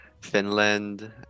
Finland